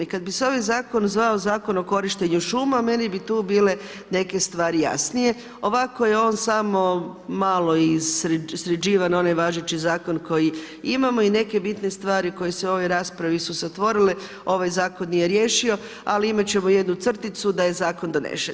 I kad bi se ovaj Zakon zvao Zakon o korištenju šuma, meni bi tu bile neke stvari jasnije, ovako je on samo malo i sređivan, onaj važeći zakon koji imamo i neke bitne stvari koje se u ovoj raspravi su se otvorile, ovaj zakon je riješio, ali imati ćemo jednu crticu da je zakon donesen.